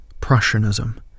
Prussianism